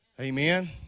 Amen